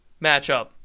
matchup